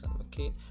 okay